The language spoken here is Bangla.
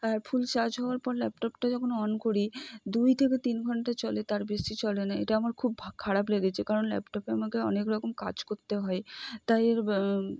আর ফুল চার্জ হওয়ার পর ল্যাপটপটা যখন অন করি দুই থেকে তিন ঘন্টা চলে তার বেশি চলে না এটা আমার খুব ভা খারাপ লেগেছে কারণ ল্যাপটপে আমাকে অনেক রকম কাজ ক হয় তাই এর ব্য